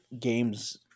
games